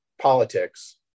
politics